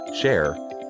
share